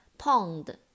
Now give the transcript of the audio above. Pond